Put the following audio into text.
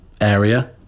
area